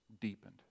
deepened